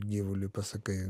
gyvuliui pasakai